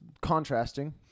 contrasting